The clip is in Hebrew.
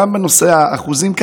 גם בנושא האחוזים,